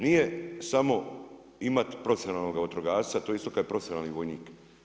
Nije samo imati profesionalnog vatrogasca, to je kao i profesionalni vojnik.